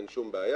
אין שום בעיה,